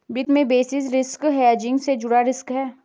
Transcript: वित्त में basis risk hedging से जुड़ा रिस्क है